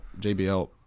jbl